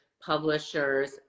publishers